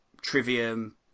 Trivium